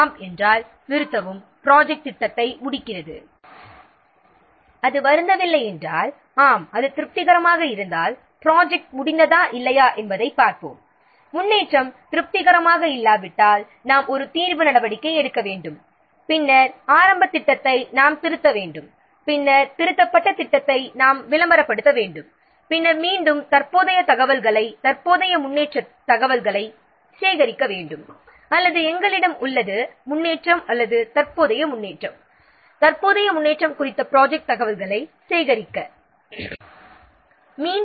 ஆம் என்றால் ப்ராஜெக்டை நிறுத்த அல்லது முடிக்க வேண்டும் ஆம் அது திருப்திகரமாக இருந்தால் ப்ராஜெக்ட் முடிந்ததா இல்லையா என்பதைப் பார்ப்போம் முன்னேற்றம் திருப்திகரமாக இல்லாவிட்டால் நாம் ஒரு தீர்வு நடவடிக்கை எடுக்க வேண்டும் பின்னர் ஆரம்பத் திட்டத்தை நாம் திருத்த வேண்டும் பின்னர் திருத்தப்பட்ட திட்டத்தை நாம் விளம்பரப்படுத்த வேண்டும் பின்னர் மீண்டும் தற்போதைய தகவல்களை தற்போதைய முன்னேற்றத் தகவல்களை சேகரிக்க வேண்டும் அல்லது ப்ராஜெக்ட் குறித்த நம்மிடம் உள்ள முன்னேற்றம் அல்லது தற்போதைய முன்னேற்றம் தகவல்களை சேகரிக்க வேண்டும்